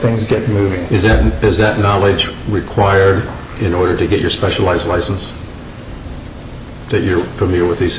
things get moving is it and is that knowledge required in order to get your specialized license that you're familiar with